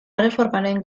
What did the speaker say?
erreformaren